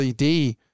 LED